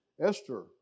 Esther